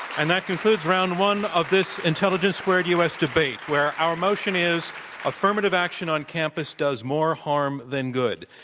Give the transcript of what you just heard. and that concludes round one of this intelligence squared u. s. debate, where our motion is affirmative action on campus does more harm than good.